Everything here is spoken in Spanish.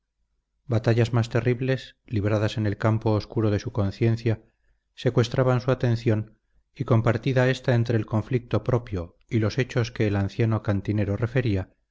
batallas más terribles libradas en el campo oscuro de su conciencia secuestraban su atención y compartida ésta entre el conflicto propio y los hechos que el anciano cantinero refería